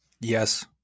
Yes